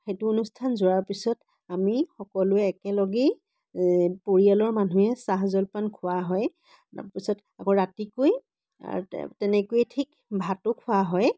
সেইটো অনুষ্ঠান যোৱাৰ পিছত আমি সকলোৱে একেলগেই পৰিয়ালৰ মানুহে চাহ জলপান খোৱা হয় তাৰ পিছত আকৌ ৰাতিকৈ আৰ তেনেকৈ ঠিক ভাতো খোৱা হয়